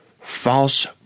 false